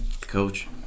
Coach